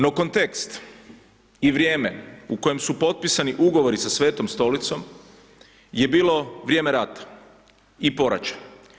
No kontekst i vrijeme u kojem su potpisani ugovori sa Svetom Stolicom, je bilo vrijeme rata i poraća.